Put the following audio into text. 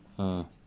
mm